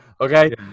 okay